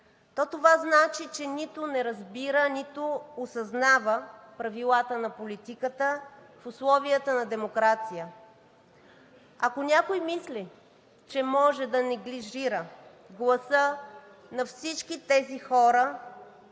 то това значи, че нито не разбира, нито осъзнава правилата на политиката в условията на демокрация. Ако някой мисли, че може да неглижира гласа на всички тези хора,